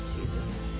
Jesus